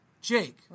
Jake